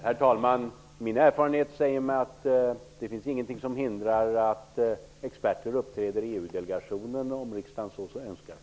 Herr talman! Min erfarenhet säger mig att det inte finns någonting som hindrar att experter uppträder i EU-delegationen, om riksdagen så önskar.